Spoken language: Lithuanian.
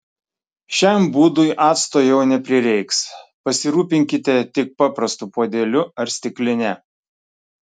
šiam būdui acto jau neprireiks pasirūpinkite tik paprastu puodeliu ar stikline